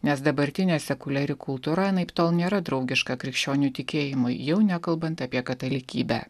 nes dabartinė sekuliari kultūra anaiptol nėra draugiška krikščionių tikėjimui jau nekalbant apie katalikybę